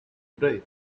brain